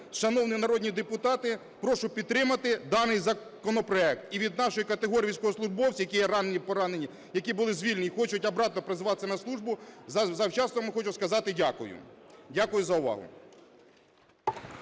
Шановні народні депутати, прошу підтримати даний законопроект. І від нашої категорії військовослужбовців, які є поранені, які були звільнені і хочуть обратно призиватися на службу, завчасно їм хочу сказати дякую. Дякую за увагу.